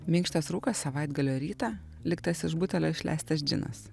minkštas rūkas savaitgalio rytą liktas iš butelio išleistas džinas